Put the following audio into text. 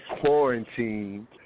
quarantine